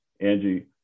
Angie